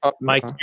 Mike